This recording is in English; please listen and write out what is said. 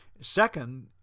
Second